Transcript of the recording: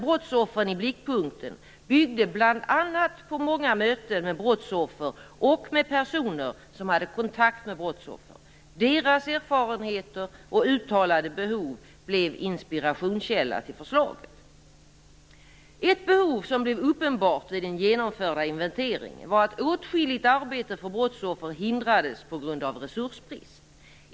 Brottsoffren i blickpunkten byggde bl.a. på många möten med brottsoffer och med personer som hade kontakt med brottsoffer. Deras erfarenheter och uttalade behov blev inspirationskälla till förslaget. Ett behov som blev uppenbart vid den genomförda inventeringen var att åtskilligt arbete för brottsoffer hindrades på grund av resursbrist.